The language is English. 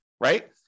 right